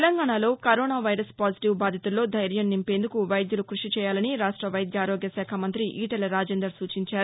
తెలంగాణలో corona virus positive బాధితుల్లో ధైర్యం నింపేందుకు వైద్యులు కృషిచేయాలని రాష్ట వైద్య ఆరోగ్యశాఖ మంత్రి ఈటెల రాజేందర్ సూచించారు